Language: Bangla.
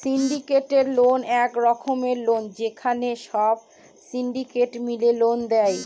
সিন্ডিকেটেড লোন এক রকমের লোন যেখানে সব সিন্ডিকেট মিলে লোন দেয়